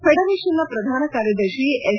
ಫೆಡರೇಷನ್ನ ಪ್ರಧಾನ ಕಾರ್ಯದರ್ಶಿ ಎಸ್